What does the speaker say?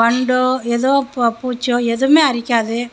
வண்டோ எதோ ப பூச்சிமோ எதுவுமே அரிக்காது